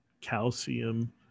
calcium